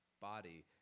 body